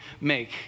make